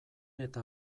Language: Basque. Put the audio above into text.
eta